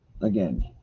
Again